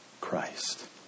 Christ